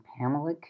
Pamela